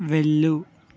వెళ్ళు